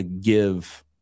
give